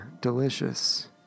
delicious